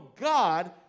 God